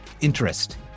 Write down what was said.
interest